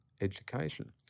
education